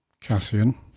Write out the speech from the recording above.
Cassian